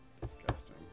Disgusting